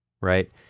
right